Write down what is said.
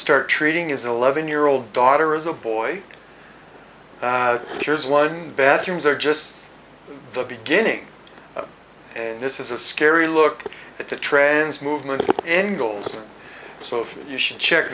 start treating his eleven year old daughter as a boy here's one bathrooms are just the beginning and this is a scary look at the trends movements and goals and so you should check